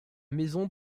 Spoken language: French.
maison